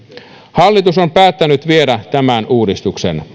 hallitus on päättänyt viedä tämän uudistuksen